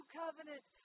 covenant